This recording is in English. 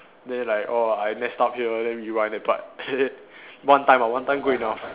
then like oh I messed up here then rewind that part one time ah one time good enough